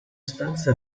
stanze